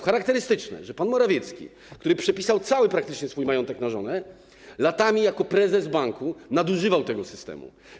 Charakterystyczne, że pan Morawiecki, który przepisał praktycznie cały swój majątek na żonę, latami jako prezes banku nadużywał tego systemu.